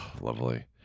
lovely